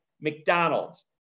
McDonald's